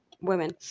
women